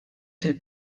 fil